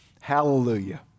Hallelujah